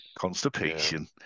Constipation